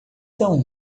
tão